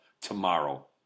tomorrow